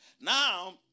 now